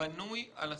בנוי על הספורטאים.